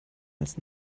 als